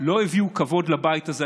לא הביאו כבוד לבית הזה.